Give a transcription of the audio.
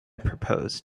proposed